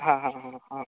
हा हा हा आम्